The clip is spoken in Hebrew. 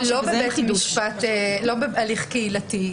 לא בהליך קהילתי,